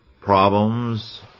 problems